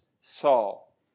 Saul